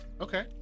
okay